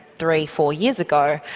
three, four years ago,